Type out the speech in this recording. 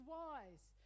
wise